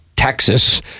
Texas